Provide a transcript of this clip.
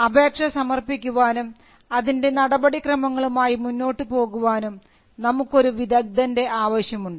അപേക്ഷ സമർപ്പിക്കാനും അതിൻറെ നടപടിക്രമങ്ങളുമായി മുന്നോട്ടു പോകുവാനും നമുക്കൊരു വിദഗ്ധൻറെ ആവശ്യമുണ്ട്